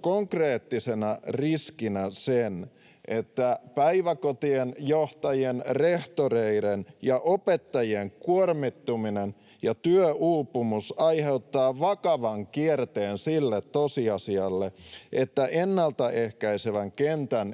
konkreettisena riskinä myös sen, että päiväkotien johtajien, rehtoreiden ja opettajien kuormittuminen ja työuupumus aiheuttaa vakavan kierteen sille tosiasialle, että ennaltaehkäisevän kentän etulinjassa